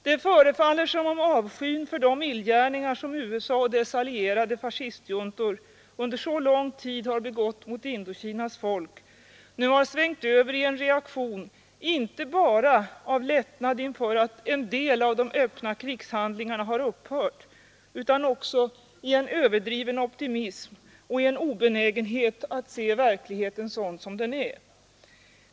Det förefaller som om avskyn för de illgärningar som USA och dess allierade fascistjuntor under så lång tid begått mot Indokinas folk har svängt över i en reaktion inte bara av lättnad inför att en del av de öppna krigshandlingarna nu upphört utan också i en överdriven optimism och en obenägenhet att se verkligheten som den är.